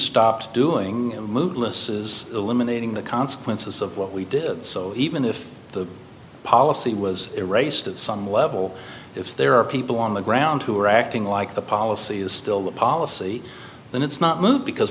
is eliminating the consequences of what we did so even if the policy was erased at some level if there are people on the ground who are acting like the policy is still the policy then it's not moot because